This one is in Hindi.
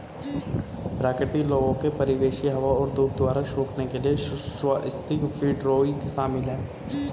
प्राकृतिक लोगों के परिवेशी हवा और धूप द्वारा सूखने के लिए स्वाथिंग विंडरोइंग शामिल है